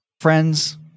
Friends